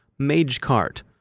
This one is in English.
MageCart